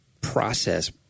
process